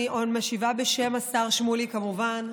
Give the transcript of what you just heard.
אני משיבה בשם השר שמולי, כמובן.